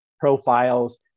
profiles